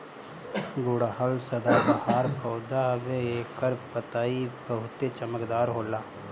गुड़हल सदाबाहर पौधा हवे एकर पतइ बहुते चमकदार होला